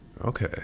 Okay